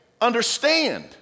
understand